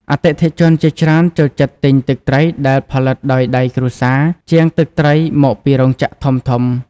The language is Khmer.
អតិថិជន ជាច្រើនចូលចិត្តទិញទឹកត្រីដែលផលិតដោយដៃគ្រួសារ ជាងទឹកត្រីមកពីរោងចក្រធំៗ។